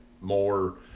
more